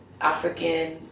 African